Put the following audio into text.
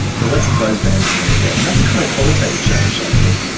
the less of those bands we're going to get, and that's kind of qualitative change, i think.